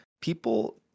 People